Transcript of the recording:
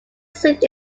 seat